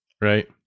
Right